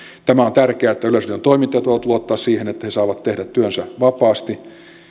tämä on tärkeää että yleisradion toimittajat voivat luottaa siihen että he saavat tehdä työnsä vapaasti